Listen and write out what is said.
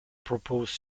proposed